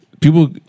People